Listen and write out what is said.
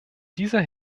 dieser